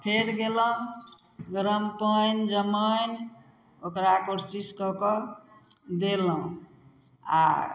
फेर गेलहुँ गरम पानि जमाइन ओकरा कोशिश कऽ कऽ देलहुँ आओर